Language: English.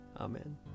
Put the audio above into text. Amen